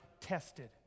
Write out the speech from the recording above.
Tested